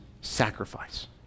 sacrifice